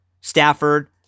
Stafford